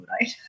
right